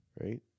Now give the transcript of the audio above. Right